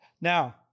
Now